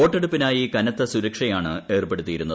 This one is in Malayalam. വോട്ടെടുപ്പിനായി കനത്ത സുരക്ഷയാണ് ഏർപ്പെടുത്തിയിരുന്നത്